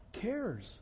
cares